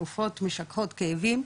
תרופות משככות כאבים,